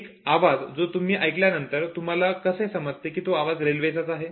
एक आवाज जो तुम्ही ऐकल्यानंतर तुम्हाला कसे समजते की तो आवाज रेल्वेचाच आहे